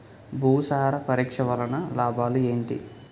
భూసార పరీక్ష వలన లాభాలు ఏంటి?